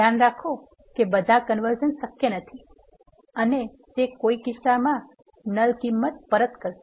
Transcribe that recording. ધ્યાન રાખો કે બધા કનવર્ઝન શક્ય નથી અને તે કોઇ કિસ્સામાં તે નલ કિંમત પરત કરશે